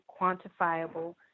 quantifiable